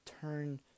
turn